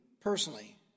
personally